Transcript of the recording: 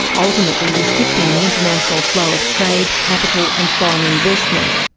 ultimately restricting the international flow of trade, capital and foreign investment.